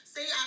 See